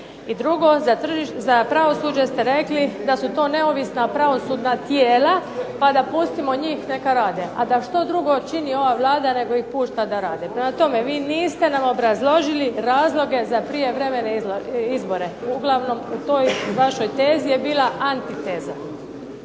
I drugo, za pravosuđe ste rekli da su to neovisna pravosudna tijela pa da pustimo njih neka rade, a da što drugo čini ova Vlada nego ih pušta da rade. Prema tome, vi niste nam obrazložili razloge za prijevremene izbore. Uglavnom u toj vašoj tezi je bila antiteza.